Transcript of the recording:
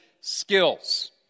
skills